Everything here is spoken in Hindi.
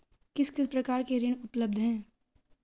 किस किस प्रकार के ऋण उपलब्ध हैं?